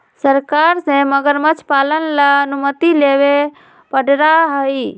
सरकार से मगरमच्छ पालन ला अनुमति लेवे पडड़ा हई